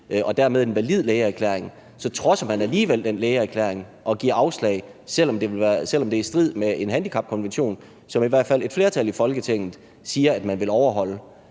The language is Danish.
og dermed er en valid lægeerklæring, så alligevel trodser den lægeerklæring og giver afslag, altså selv om det er i strid med en handicapkonvention, som i hvert fald et flertal i Folketinget siger at man vil overholde.